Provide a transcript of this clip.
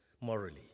morally